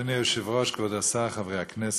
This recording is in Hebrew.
אדוני היושב-ראש, כבוד השר, חברי הכנסת,